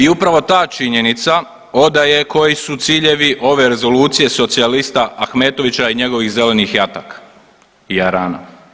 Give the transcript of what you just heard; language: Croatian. I upravo ta činjenica odaje koji su ciljevi ove rezolucije socijalista Ahmetovića i njegovih zelenih jataka i jarana.